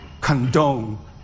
condone